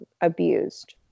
abused